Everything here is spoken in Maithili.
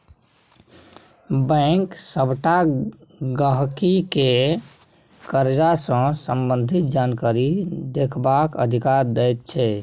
बैंक सबटा गहिंकी केँ करजा सँ संबंधित जानकारी देखबाक अधिकार दैत छै